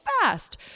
fast